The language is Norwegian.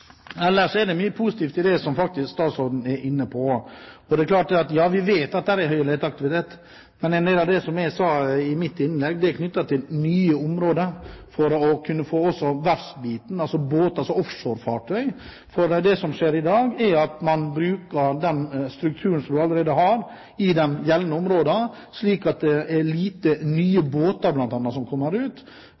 Ellers er det mye positivt i det statsråden er inne på. Ja, vi vet at det er høy leteaktivitet, men en del av det som jeg snakket om i mitt innlegg, er knyttet til nye områder, for å kunne få med også verftsbiten, altså båter og offshorefartøy. For det som skjer i dag, er at man bruker den strukturen som man allerede har, i de gjeldende områdene, slik at det er lite nye båter, bl.a., som kommer ut.